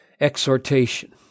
exhortation